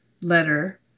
letter